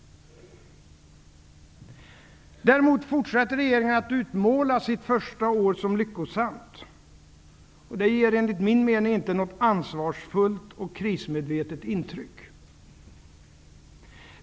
Regeringen fortsatte däremot att utmåla sitt första år som lyckosamt. Det ger enligt min mening inte något ansvarsfullt och krismedvetet intryck.